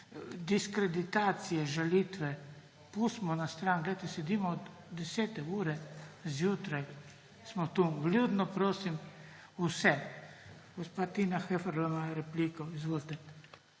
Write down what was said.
diskreditacije, žalitve pustimo na stran. Glejte, sedimo; od 10. ure zjutraj smo tukaj. Vljudno prosim vse. Gospa Tina Heferle ima repliko. Izvolite.